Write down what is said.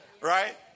right